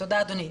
תודה, אדוני.